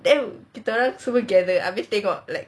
then kita orang semua gather abeh tengok like